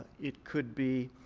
it could be